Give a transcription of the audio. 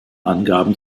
angaben